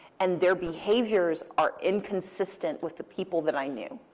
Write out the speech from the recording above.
and their behaviors are inconsistent with the people that i knew.